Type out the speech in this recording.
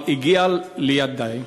אבל הגיע לידיעתי